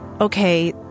okay